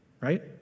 right